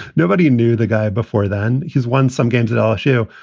nobody knew the guy before then. he's won some games at lsu.